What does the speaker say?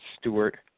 Stewart